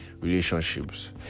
relationships